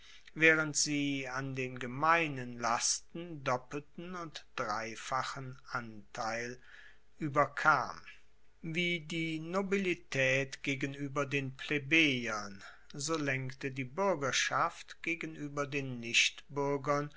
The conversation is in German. waehrend sie an den gemeinen lasten doppelten und dreifachen anteil ueberkam wie die nobilitaet gegenueber den plebejern so lenkte die buergerschaft gegenueber den